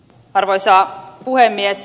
arvoisa puhemies